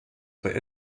bei